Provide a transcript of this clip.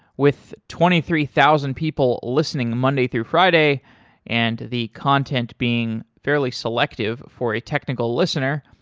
with twenty three thousand people listening monday through friday and the content being fairly selective for a technical listener,